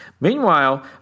Meanwhile